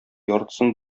яртысын